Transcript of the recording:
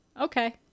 okay